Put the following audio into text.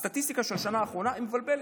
הסטטיסטיקה של השנה האחרונה היא מבלבלת,